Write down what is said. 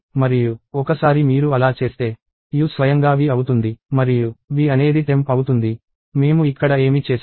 మరియు ఒకసారి మీరు అలా చేస్తే u స్వయంగా v అవుతుంది మరియు v అనేది temp అవుతుంది మేము ఇక్కడ ఏమి చేసాము